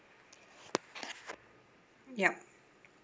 yup